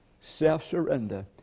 Self-surrender